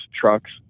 trucks